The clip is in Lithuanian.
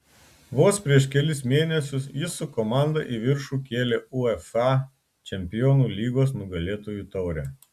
vos prieš kelis mėnesius jis su komanda į viršų kėlė uefa čempionų lygos nugalėtojų taurę